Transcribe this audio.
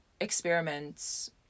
experiments